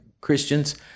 Christians